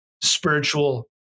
spiritual